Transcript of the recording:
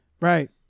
Right